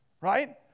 Right